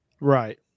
Right